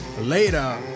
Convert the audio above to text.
later